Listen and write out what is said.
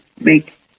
make